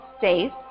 safe